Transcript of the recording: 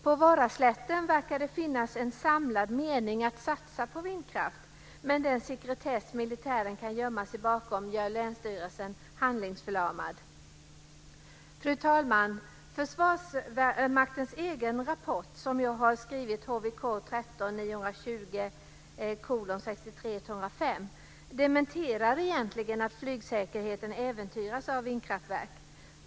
På Varaslätten verkar det finnas en samlad mening att satsa på vindkraft, men den sekretess militären kan gömma sig bakom gör Länsstyrelsen handlingsförlamad. Fru talman! Försvarsmaktens egen rapport dementerar egentligen att flygsäkerheten äventyras av vindkraftverk.